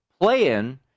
play-in